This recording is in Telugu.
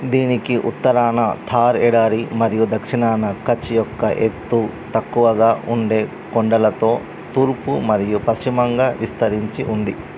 దీనికి ఉత్తరాన థార్ ఎడారి మరియు దక్షిణాన కచ్ యొక్క ఎత్తు తక్కువగా ఉండే కొండలతో తూర్పు మరియు పశ్చిమంగా విస్తరించి ఉంది